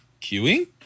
queuing